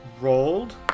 rolled